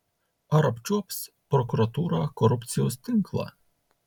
ar apčiuops prokuratūra korupcijos tinklą